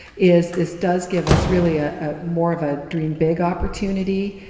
is this does give us really ah ah more of a dream big opportunity.